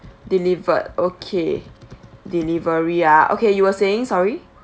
delivered okay delivery ah okay you were saying sorry